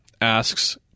asks